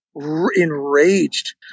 enraged